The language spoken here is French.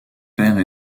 père